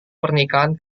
pernikahan